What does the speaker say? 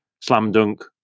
slam-dunk